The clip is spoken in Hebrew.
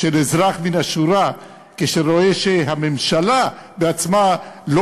של אזרח מן השורה כשהוא רואה שהממשלה עצמה לא